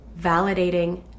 validating